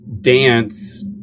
dance